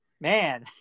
man